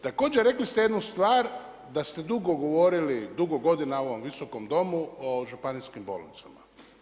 Također rekli ste jednu stvar da ste dugo govorili, dugo godina u ovom Visokom domu o županijskim bolnicama.